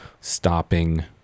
stopping